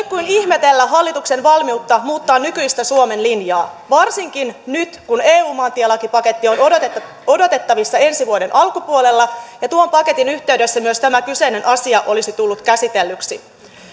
kuin ihmetellä hallituksen valmiutta muuttaa nykyistä suomen linjaa varsinkin nyt kun eun maantielakipaketti on odotettavissa ensi vuoden alkupuolella ja tuon paketin yhteydessä myös tämä kyseinen asia olisi tullut käsitellyksi